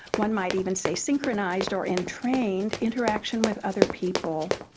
one might even say synchronised or entrained interaction with other people.